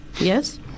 Yes